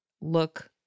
Look